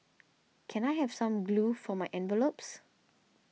can I have some glue for my envelopes